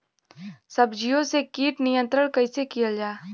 सब्जियों से कीट नियंत्रण कइसे कियल जा?